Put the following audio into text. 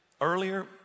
earlier